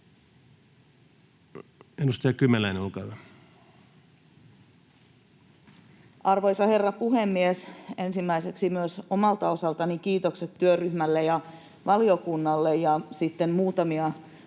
Content: Arvoisa herra puhemies! Ensimmäiseksi myös omalta osaltani kiitokset työryhmälle ja valiokunnalle,